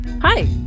Hi